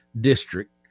district